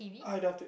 I doubt it